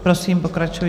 Prosím, pokračujte.